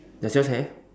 does yours have